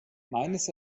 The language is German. meines